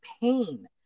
pain